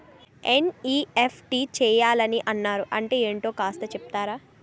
NEFT చేయాలని అన్నారు అంటే ఏంటో కాస్త చెపుతారా?